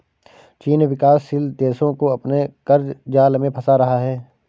चीन विकासशील देशो को अपने क़र्ज़ जाल में फंसा रहा है